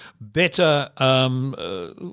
better –